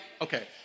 Okay